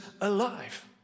alive